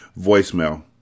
Voicemail